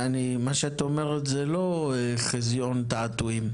טלי, מה שאת אומרת הוא לא חזיון תעתועים.